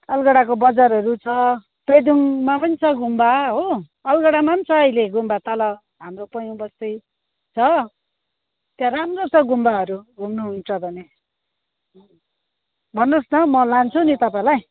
अलगढाको बजारहरू छ पेदोङमा पनि छ गुम्बा हो अलगढामा पनि छ गुम्बा अहिले तल हाम्रो पैयुङ बस्ती छ त्यहाँ राम्रो छ गुम्बाहरू घुम्नुहुन्छ भने भन्नुहोस् न म लान्छु नि तपाईँलाई